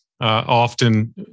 often